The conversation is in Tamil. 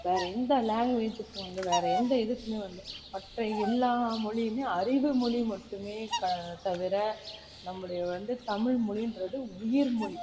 வேறு எந்த லாங்குவேஜ்ஜுக்கும் வந்து வேறு எந்த இதுக்குமே வந்து மற்ற எல்லா மொழியுமே அறிவு மொழி மட்டுமே க தவிர நம்முடைய வந்து தமிழ் மொழின்றது உயிர் மொழி